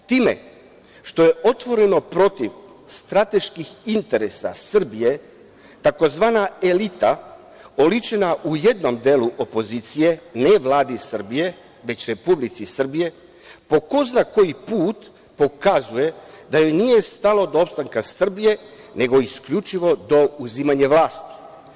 Time što je otvoreno protiv strateških interesa Srbije, tzv. elita, oličena u jednom delu opozicije, ne Vladi Srbije, već Republici Srbije, po ko zna koji put pokazuje da joj nije stalo do opstanka Srbije, nego isključivo do uzimanja vlasti.